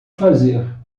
fazer